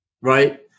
right